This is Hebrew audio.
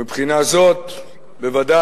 מבחינה זו בוודאי